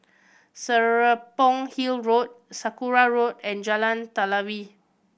Serapong Hill Road Sakra Road and Jalan Telawi